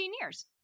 years